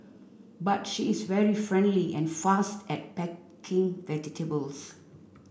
but she is very friendly and fast at packing vegetables